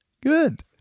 good